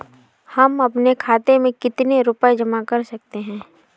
हम अपने खाते में कितनी रूपए जमा कर सकते हैं?